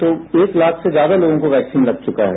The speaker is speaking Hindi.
तो एक लाख से ज्यादा लोगों को वैक्सीन लग चुका है